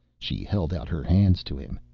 she held out her hands to him.